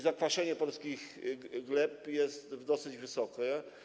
Zakwaszenie polskich gleb jest dosyć wysokie.